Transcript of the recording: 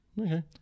Okay